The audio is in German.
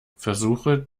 versuche